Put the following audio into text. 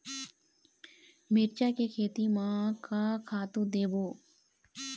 मिरचा के खेती म का खातू देबो?